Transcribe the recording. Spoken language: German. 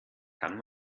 kann